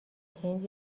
هند